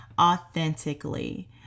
authentically